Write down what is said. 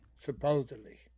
Supposedly